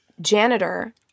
janitor